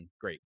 great